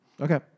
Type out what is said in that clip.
Okay